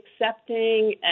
accepting